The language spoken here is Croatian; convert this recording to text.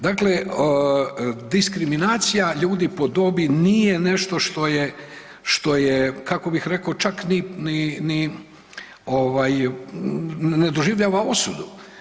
Dakle, diskriminacija ljudi po dobi nije nešto što je, kako bih rekao čak ni ne doživljava osudu.